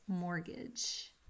mortgage